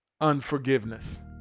Unforgiveness